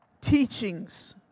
teachings